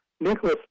Nicholas